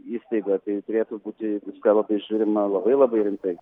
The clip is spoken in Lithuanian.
įstaiga tai turėtų būti į viską labai žiūrima labai labai rimtai